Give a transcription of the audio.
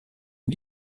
und